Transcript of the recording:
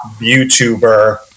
youtuber